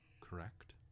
correct